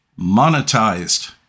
monetized